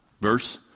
Verse